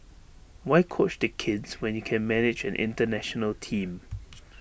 why coach the kids when you can manage an International team